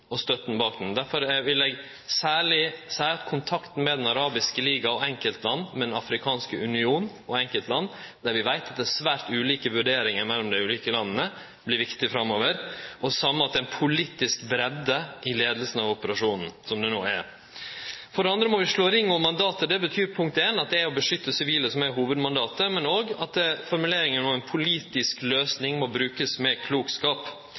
og støtta bak han. Derfor vil eg særleg seie at kontakten med Den arabiske ligaen og enkeltland, med Den afrikanske unionen og enkeltland – det vi veit, er at det er svært ulike vurderingar mellom dei ulike landa – vert viktig framover, det same med den politiske breidda i operasjonen, slik ho no er. Så må vi slå ring om mandatet. Det betyr først at det er å beskytte sivile som er hovudmandatet, men òg at formuleringa om ei politisk løysing må brukast med